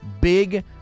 big